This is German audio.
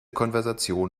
konversation